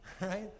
right